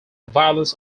violence